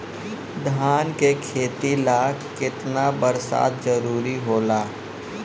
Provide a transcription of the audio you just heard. धान के खेती ला केतना बरसात जरूरी होला?